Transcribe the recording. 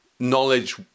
knowledge